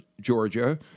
Georgia